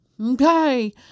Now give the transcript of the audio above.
Okay